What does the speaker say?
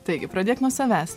taigi pradėk nuo savęs